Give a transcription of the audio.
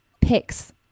picks